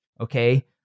okay